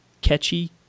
catchy